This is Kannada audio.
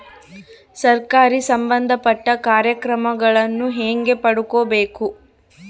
ಸರಕಾರಿ ಸಂಬಂಧಪಟ್ಟ ಕಾರ್ಯಕ್ರಮಗಳನ್ನು ಹೆಂಗ ಪಡ್ಕೊಬೇಕು?